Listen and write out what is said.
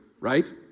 right